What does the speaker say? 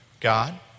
God